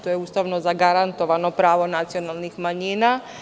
To je Ustavom zagarantovano pravo nacionalnih manjina.